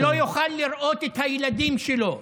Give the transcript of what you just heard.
ולא יוכל לראות את הילדים שלו.